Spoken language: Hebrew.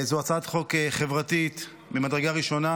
זו הצעת חוק חברתית ממדרגה ראשונה.